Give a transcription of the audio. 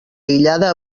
aïllada